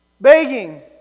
begging